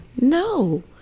no